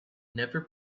never